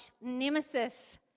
nemesis